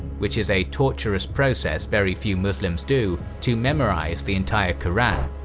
which is a tortuous process very few muslims do to memorize the entire quran.